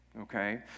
okay